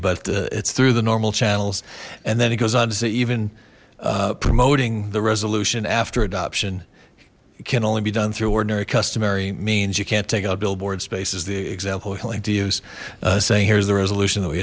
but it's through the normal channels and then it goes on to say even promoting the resolution after adoption can only be done through ordinary customary means you can't take out billboard spaces the example i like to use saying here's the resolution that we